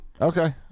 okay